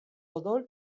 odol